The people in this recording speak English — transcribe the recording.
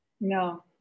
No